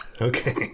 Okay